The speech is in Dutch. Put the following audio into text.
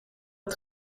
dat